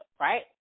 right